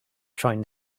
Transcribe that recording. trying